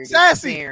sassy